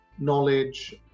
knowledge